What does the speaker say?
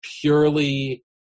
purely